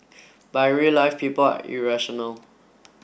but in real life people irrational